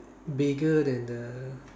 bigger than the